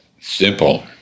Simple